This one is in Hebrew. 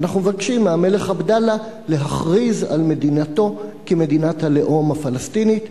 ואנחנו מבקשים מהמלך עבדאללה להכריז על מדינתו כמדינת הלאום הפלסטיני.